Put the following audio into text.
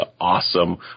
awesome